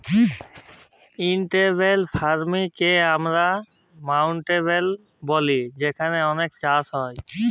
intensive farming কে আমরা মাউল্টব্যাটেল ব্যলি যেখালে অলেক চাষ হ্যয়